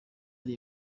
ari